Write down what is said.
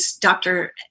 Dr